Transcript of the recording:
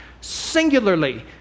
singularly